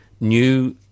new